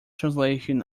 translation